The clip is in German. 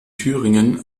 thüringen